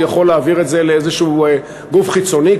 והוא יכול להעביר את זה לאיזשהו גוף חיצוני,